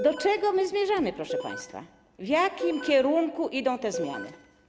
Do czego my zmierzamy, proszę państwa, w jakim kierunku idą te zmiany?